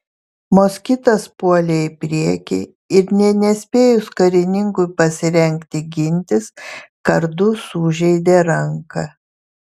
moskitas puolė į priekį ir nė nespėjus karininkui pasirengti gintis kardu sužeidė ranką